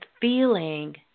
feeling